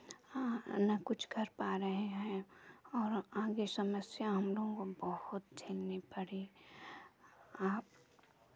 ना कुछ कर पा रहे हैं और आगे समस्या हम लोगों को बहुत झेलनी पड़ी आप